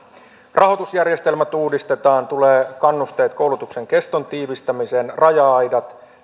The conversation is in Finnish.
rahoitusjärjestelmät uudistetaan tulee kannusteet koulutuksen keston tiivistämiseen raja aidat